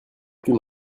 plus